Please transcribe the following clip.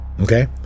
Okay